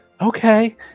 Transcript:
Okay